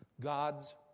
God's